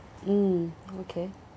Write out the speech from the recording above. mm okay